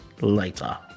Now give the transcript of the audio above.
later